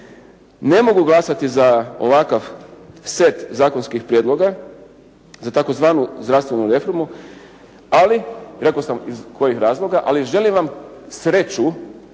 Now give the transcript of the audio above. ne mogu glasati za ovakav set zakonskih prijedloga, za tzv. zdravstvenu reformu, ali, rekao sam iz kojih razloga, ali želim vam sreću